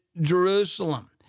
Jerusalem